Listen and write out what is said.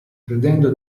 credendo